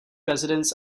residents